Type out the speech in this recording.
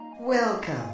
Welcome